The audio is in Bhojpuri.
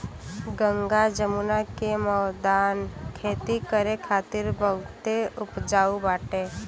गंगा जमुना के मौदान खेती करे खातिर बहुते उपजाऊ बाटे